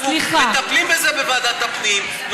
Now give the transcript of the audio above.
אנחנו מטפלים בזה בוועדת הפנים.